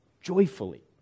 joyfully